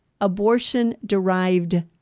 Abortion-Derived